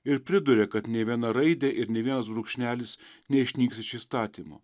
ir priduria kad nė viena raidė ir nė vienas brūkšnelis neišnyks iš įstatymų